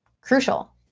Crucial